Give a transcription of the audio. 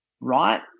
right